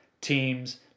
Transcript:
teams